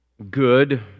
good